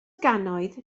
gannoedd